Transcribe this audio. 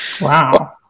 Wow